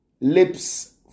lips